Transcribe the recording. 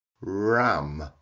Ram